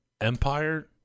Empire